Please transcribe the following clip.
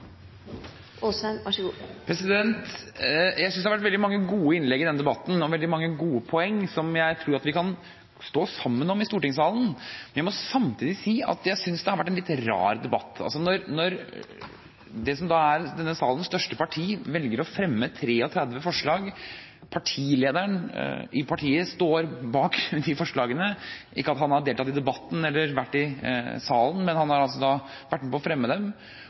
Jeg synes det har vært veldig mange gode innlegg i denne debatten og veldig mange gode poenger som jeg tror vi kan stå sammen om i stortingssalen. Jeg må samtidig si at jeg synes det har vært en litt rar debatt. Denne salens største parti velger å fremme 33 forslag, partilederen står bak de forslagene – ikke at han har deltatt i debatten eller vært i salen, men han har vært med på å fremme dem